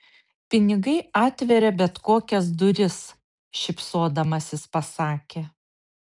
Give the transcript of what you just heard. pinigai atveria bet kokias duris šypsodamasis pasakė